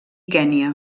kenya